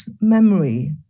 memory